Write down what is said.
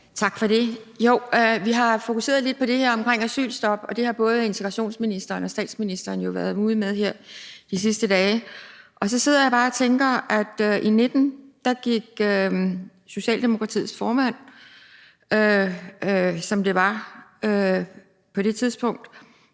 Tak for det. Vi har fokuseret lidt på det her om asylstop, og det har både integrationsministeren og statsministeren jo været ude med her de sidste dage. Og så sidder jeg bare og tænker, at i 2019 gik Socialdemokratiets formand, som det var på det tidspunkt,